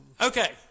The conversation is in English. Okay